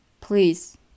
please